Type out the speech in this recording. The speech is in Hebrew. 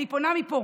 לכן, אני פונה מפה